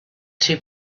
two